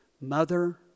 mother